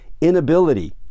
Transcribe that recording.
inability